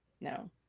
no